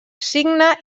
signe